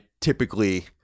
typically